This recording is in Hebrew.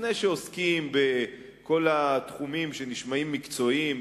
לפני שעוסקים בכל התחומים שנשמעים מקצועיים,